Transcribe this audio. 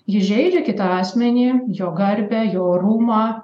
įžeidžia kitą asmenį jo garbę jo orumą